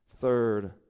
third